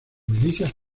milicias